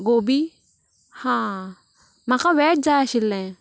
गोबी हां म्हाका वेज जाय आशिल्लें